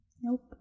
Nope